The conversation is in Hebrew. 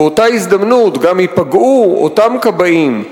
באותה הזדמנות גם ייפגעו אותם כבאים,